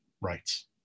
rights